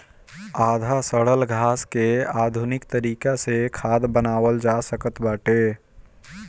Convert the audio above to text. आधा सड़ल घास के आधुनिक तरीका से खाद बनावल जा सकत बाटे